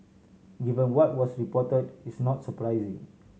given what was reported it's not surprising